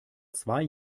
zwei